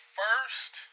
first